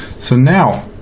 so now,